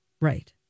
Right